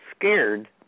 scared